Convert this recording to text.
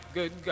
Good